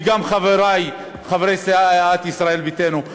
וגם חברי חברי סיעת ישראל ביתנו.